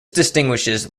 distinguishes